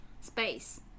space